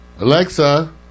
Alexa